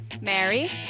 Mary